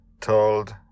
Told